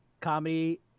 comedy